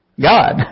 God